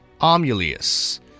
Amulius